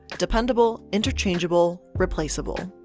dependable, interchangeable, replaceable.